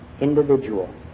individual